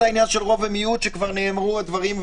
וכבר נאמרו הדברים,